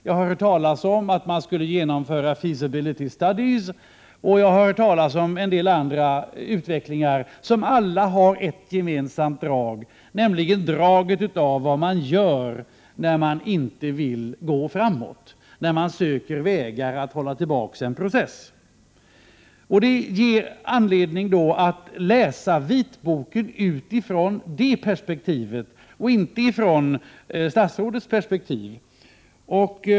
Jag har hört talas om att man skulle genomföra ”feasibility studies”. Och jag har hört talas om en del andra utvecklingar som alla har ett gemensamt drag, nämligen draget av vad man gör när man inte vill gå framåt, när man söker vägar att hålla tillbaka en process. Det ger anledning att läsa vitboken utifrån det perspektivet och inte utifrån statsrådets perspektiv.